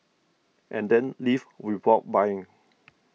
and then leave without buying